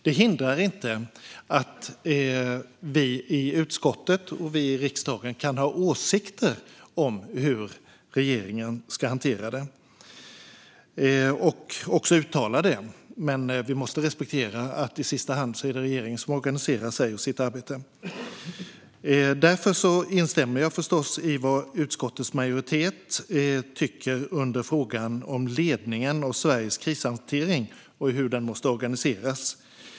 Det hindrar inte att vi i utskottet och vi i riksdagen kan ha åsikter om och också uttala hur regeringen ska hantera detta. Vi måste dock respektera att det i sista hand är regeringen som organiserar sig och sitt arbete. Därför instämmer jag förstås i vad utskottets majoritet uttrycker i frågan om ledningen av Sveriges krishantering och hur denna måste organiseras.